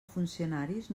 funcionaris